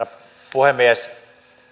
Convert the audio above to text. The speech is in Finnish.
puhemies